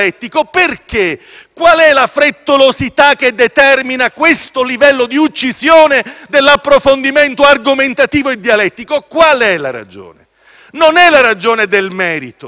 Qual è la frettolosità che determina questo livello di uccisione dell'approfondimento argomentativo e dialettico? Qual è la ragione? Non è la ragione del merito: è la ragione dello spettacolo